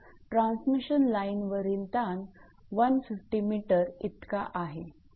transmission लाइनवरील ताण 150 𝑚 इतका आहे